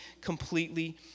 completely